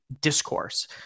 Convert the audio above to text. discourse